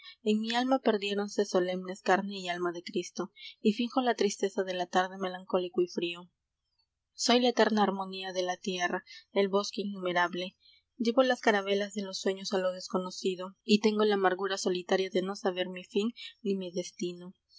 en mi alma perdiéronse solemnes carne y alma de cristo y finjo la tristeza de la tarde melancólico y frío soy la eterna larmonía de la tierra el bosque innumerable llevo las carabelas de los sueños a lo desconocido y tengo la amargura solitaria de no saber mi fin ni mi destino